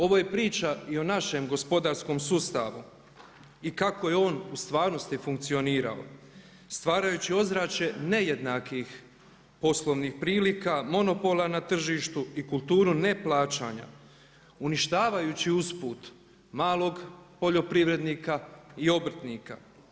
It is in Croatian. Ovo je priča i o našem gospodarskom sustavu i kako je on u stvarnosti funkcionirao stvarajući ozračje nejednakih poslovnih prilika, monopola na tržištu i kulturu neplaćanja uništavajući usput malog poljoprivrednika i obrtnika.